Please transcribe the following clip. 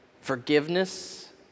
Forgiveness